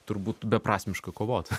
turbūt beprasmiška kovot